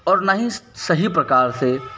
और ना ही सही प्रकार से